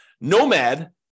nomad